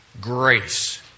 grace